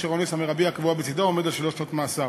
אשר העונש המרבי הקבוע בצדה עומד על שלוש שנות מאסר.